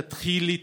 תתחילי,